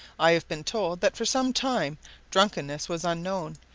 i have been told that for some time drunkenness was unknown,